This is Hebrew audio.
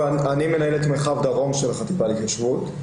אני מנהל את מרחב דרום של החטיבה להתיישבות.